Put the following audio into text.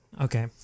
Okay